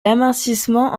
l’amincissement